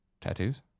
Tattoos